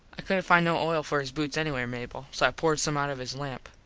i couldnt find no oil for his boots anywhere, mable, so i poured some out of his lamp.